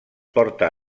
porta